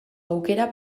aukera